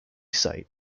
site